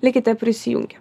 likite prisijungę